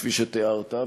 כפי שתיארת,